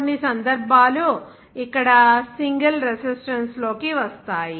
కొన్ని సందర్భాలు ఇక్కడ సింగిల్ రెసిస్టన్స్ లోకి వస్తాయి